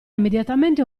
immediatamente